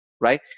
Right